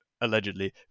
Allegedly